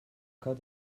cas